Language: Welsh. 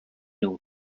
nhw